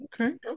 okay